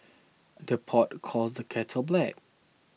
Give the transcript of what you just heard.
the pot calls the kettle black